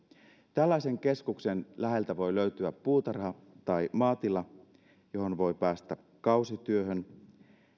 tällaisen keskuksen läheltä voi löytyä puutarha tai maatila johon voi päästä kausityöhön